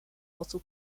also